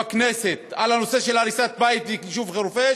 בכנסת, על הנושא של הריסת בית ביישוב חורפיש.